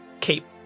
keep